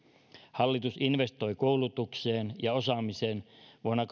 hallitus investoi koulutukseen ja osaamiseen vuonna